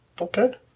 okay